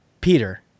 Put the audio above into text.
Peter